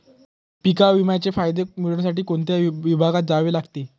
पीक विम्याचा फायदा मिळविण्यासाठी कोणत्या विभागात जावे लागते?